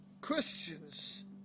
Christians